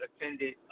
attended